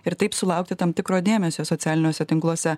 ir taip sulaukti tam tikro dėmesio socialiniuose tinkluose